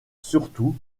surtout